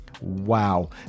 wow